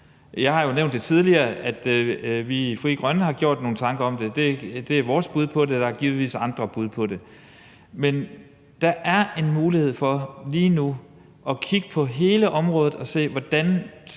jeg har jo nævnt tidligere, at vi i Frie Grønne har gjort os nogle tanker om det, det er vores bud på det, og der er givetvis andre bud på det – og muligheden for at se, hvordan vi bedst organiserer